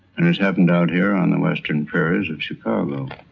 and it happened out here on the western prairies of chicago